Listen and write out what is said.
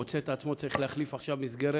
מוצא את עצמו צריך להחליף עכשיו מסגרת,